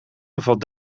bevat